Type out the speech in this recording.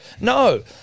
No